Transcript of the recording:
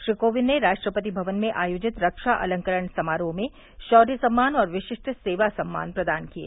श्री कोविंद ने राष्ट्रपति भवन में आयोजित रक्षा अलंकरण समारोह में शौर्य सम्मान और विशिष्ट सेवा सम्मान प्रदान किये